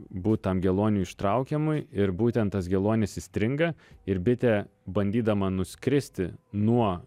būt tam geluoniui ištraukiamui ir būtent tas geluonis įstringa ir bitė bandydama nuskristi nuo